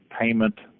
payment